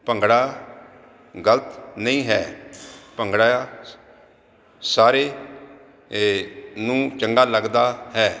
ਭੰਗੜਾ ਗਲਤ ਨਹੀਂ ਹੈ ਭੰਗੜਾ ਸਾਰੇ ਨੂੰ ਚੰਗਾ ਲੱਗਦਾ ਹੈ